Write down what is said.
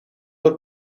het